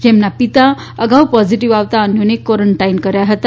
જેના પિતા અગાઉ પોઝીટીવ આવતાં અન્યોને ક્વોરોન્ટાઇન કરાયાં હતા